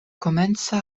komenca